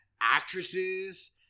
actresses